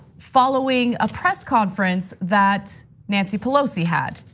following a press conference that nancy pelosi had.